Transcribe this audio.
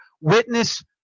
witness